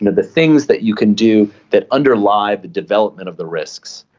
and the things that you can do that underlie the development of the risks.